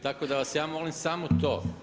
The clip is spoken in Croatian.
Tako da vas ja molim samo to.